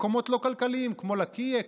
מקומות לא כלכליים כמו לקיה,